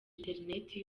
interineti